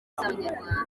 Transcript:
abanyarwanda